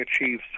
achieve